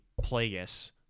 plagueis